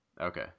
okay